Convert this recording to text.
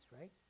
right